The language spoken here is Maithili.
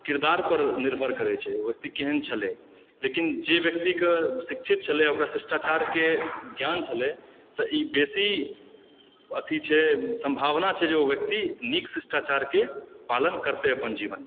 किरदार पर निर्भर करै छै कि ओ व्यक्ति केहन छलै लेकिन जे व्यक्तिके शिक्षित छलै ओकरा शिष्टाचारके ज्ञान छलै तऽ ई बेसी अथी छै सम्भावना छै जे ओ व्यक्ति नीक शिष्टाचारके पालन करतै अपन जीवनमे